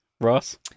Ross